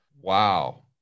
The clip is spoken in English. Wow